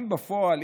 אם בפועל,